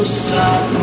stop